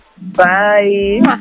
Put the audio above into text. Bye